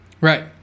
Right